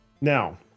Now